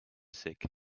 sick